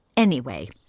anyway,